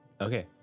Okay